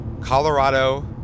Colorado